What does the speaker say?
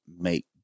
make